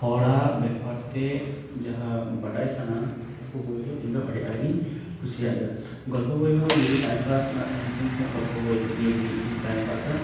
ᱦᱚᱲᱟᱜ ᱵᱮᱯᱟᱨ ᱛᱮ ᱡᱟᱦᱟᱸ ᱵᱟᱰᱟᱭ ᱥᱟᱱᱟ ᱚᱱᱟ ᱠᱚᱫᱚ ᱤᱧ ᱫᱚ ᱟᱹᱰᱤ ᱟᱸᱴᱜᱤᱧ ᱠᱩᱥᱤᱭᱟᱜ ᱜᱮᱭᱟ ᱜᱚᱞᱯᱚ ᱵᱳᱭ ᱦᱚᱸ ᱡᱩᱫᱤ ᱤᱧᱟᱹᱜ ᱴᱟᱭᱤᱢᱯᱟᱥ ᱨᱮᱱᱟᱜ ᱛᱟᱦᱮᱸᱱ ᱛᱤᱧ ᱠᱷᱟᱡ ᱜᱚᱞᱯᱚ ᱵᱳᱭ ᱫᱤᱭᱮ ᱜᱮ ᱴᱟᱭᱤᱢ ᱯᱟᱥᱟ